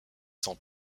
sans